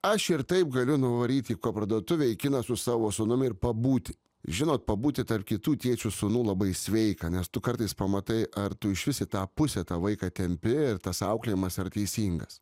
aš ir taip galiu nuvaryt į parduotuvę į kiną su savo sūnum ir pabūti žinot pabūti tarp kitų tėčių sūnų labai sveika nes tu kartais pamatai ar tu išvis į tą pusę tą vaiką tempi ir tas auklėjimas yra teisingas